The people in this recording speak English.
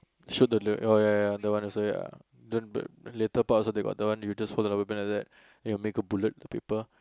shoot the l~ oh ya ya ya that one also ya then b~ later part also they got the one you just hold the rubber band like that then you make a bullet the paper